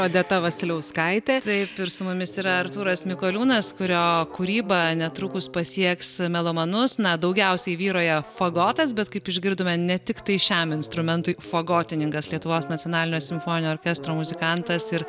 odeta vasiliauskaitė taip ir su mumis ir artūras mikoliūnas kurio kūryba netrukus pasieks melomanus na daugiausiai vyrauja fagotas bet kaip išgirdome ne tiktai šiam instrumentui fagotininkas lietuvos nacionalinio simfoninio orkestro muzikantas ir